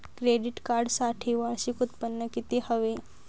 Credit कार्डसाठी वार्षिक उत्त्पन्न किती हवे?